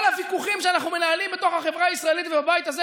כל הוויכוחים שאנחנו מנהלים בתוך החברה הישראלית ובבית הזה,